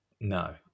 No